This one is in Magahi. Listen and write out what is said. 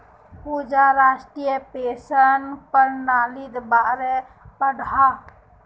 पूजा राष्ट्रीय पेंशन पर्नालिर बारे पढ़ोह